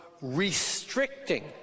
restricting